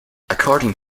according